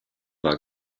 war